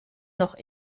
noch